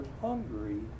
hungry